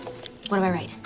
what do i write?